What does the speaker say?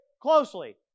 closely